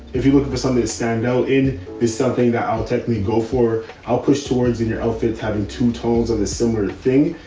if you look for some that stand out in is something that i'll technically go for. i'll push towards in your outfits, having two tones of the similar thing.